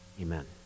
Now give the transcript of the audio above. Amen